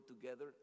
together